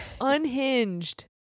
unhinged